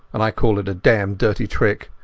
and i call it a damned dirty trick.